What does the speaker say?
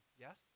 yes